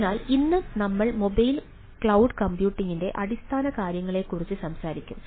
അതിനാൽ ഇന്ന് നമ്മൾ മൊബൈൽ ക്ലൌഡ് കമ്പ്യൂട്ടിംഗിന്റെ അടിസ്ഥാന കാര്യങ്ങളെക്കുറിച്ച് സംസാരിക്കും